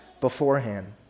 beforehand